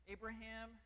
Abraham